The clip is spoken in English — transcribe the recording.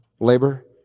Labor